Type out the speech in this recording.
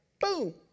Boom